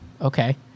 Okay